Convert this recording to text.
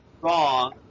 wrong